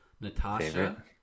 Natasha